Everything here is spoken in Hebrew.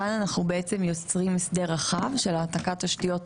כאן אנחנו יוצרים הסדר רחב של העתקת תשתיות